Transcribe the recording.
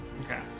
Okay